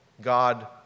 God